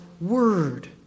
word